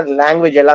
language